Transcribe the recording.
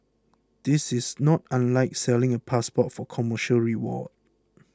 this is not unlike selling a passport for commercial reward